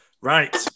Right